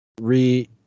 re